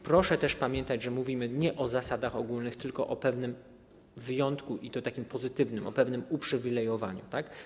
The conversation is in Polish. Proszę też pamiętać, że mówimy nie o zasadach ogólnych, tylko o pewnym wyjątku, i to takim pozytywnym, o pewnym uprzywilejowaniu, tak?